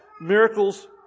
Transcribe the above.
miracles